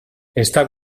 está